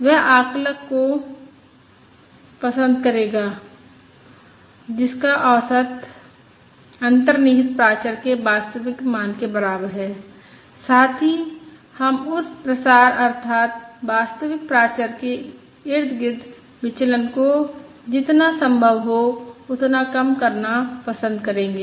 वह आकलक को पसंद करेगा जिसका औसत अंतर्निहित प्राचर के वास्तविक मान के बराबर है साथ ही हम उस प्रसार अर्थात वास्तविक प्राचर के इर्द गिर्द विचलन को जितना संभव हो उतना कम करना पसंद करेंगे